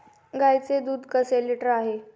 गाईचे दूध कसे लिटर आहे?